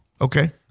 Okay